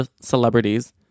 celebrities